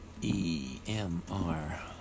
EMR